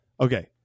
Okay